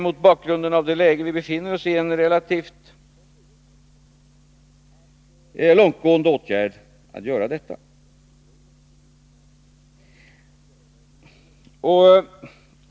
Mot bakgrunden av det läge vi nu befinner oss i är det en relativt långtgående åtgärd att göra detta.